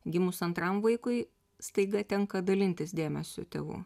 gimus antram vaikui staiga tenka dalintis dėmesiu tėvų